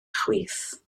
chwith